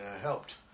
helped